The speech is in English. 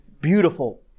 beautiful